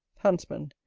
huntsman.